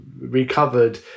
recovered